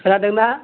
खोनादोंना